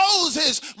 Moses